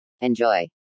Enjoy